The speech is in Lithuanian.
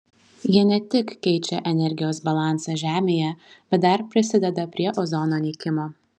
jie ne tik keičia energijos balansą žemėje bet dar prisideda prie ozono nykimo